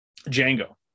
django